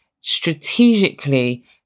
strategically